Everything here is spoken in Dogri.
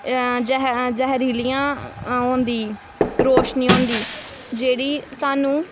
जह्र जह्रीलियां होंदी रोशनी होंदी जेह्ड़ी सानूं